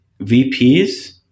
VPs